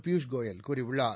பியூஷ் கோயல் கூறியுள்ளார்